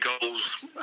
goals